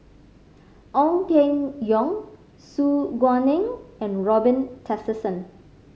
Ong Keng Yong Su Guaning and Robin Tessensohn